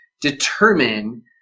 determine